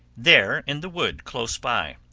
there, in the wood, close by.